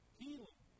healing